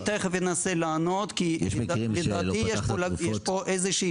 אני תכף אנסה לענות כי לדעתי יש פה איזו שהיא